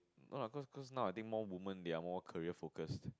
no lah cause cause now I think more woman they are more career focused